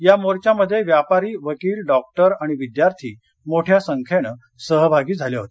या मोर्चामध्ये व्यापारी वकील डॉक्टर आणि विद्यार्थी मोठ्या संख्येनं सहभागी झाले होते